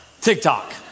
TikTok